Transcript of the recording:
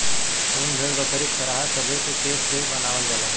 उन भेड़, बकरी, खरहा सभे के केश से बनावल जाला